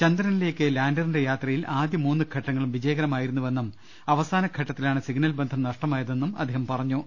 ചന്ദ്രനിലേക്ക് ലാൻഡറിന്റെ യാത്രയിൽ ആദ്യ മൂന്ന് ഘട്ട ങ്ങളും വിജയകരമായിരുന്നുവെന്നും അവസാന ഘട്ടത്തിലാണ് സിഗ്നൽ ബന്ധം നഷ്ടമായതെന്നും അദ്ദേഹം പറഞ്ഞു